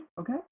okay